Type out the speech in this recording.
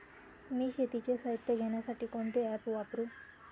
मी शेतीचे साहित्य घेण्यासाठी कोणते ॲप वापरु?